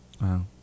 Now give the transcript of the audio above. Wow